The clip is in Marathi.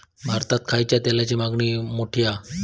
भारतात खायच्या तेलाची मागणी मोठी हा